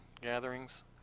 gatherings